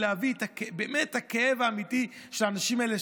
להביא באמת את הכאב האמיתי של האנשים האלה,